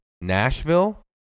Nashville